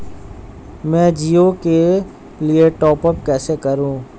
मैं जिओ के लिए टॉप अप कैसे करूँ?